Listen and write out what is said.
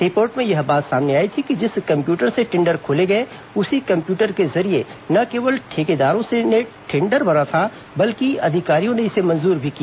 report में यह बात सामने आई थी कि जिस कम्प्यूटर से टेंडर खोले गए उसी कम्प्यूटर के जरिये न केवल ठेकेदारों ने टेंडर भरा था बल्कि अधिकारियों ने इसे मंजूर भी किया